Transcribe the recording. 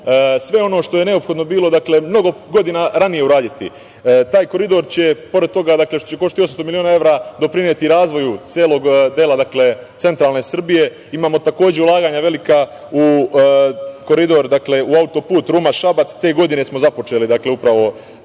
sve ono što je neophodno bilo mnogo godina ranije uraditi. Taj koridor će, pored toga što će koštati 800 miliona evra, doprineti razvoju celog dela centralne Srbije. Imamo, takođe, ulaganja velika u koridor, u autoput Ruma – Šabac. Te godine smo započeli upravo